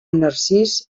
narcís